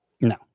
No